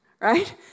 right